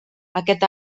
aquest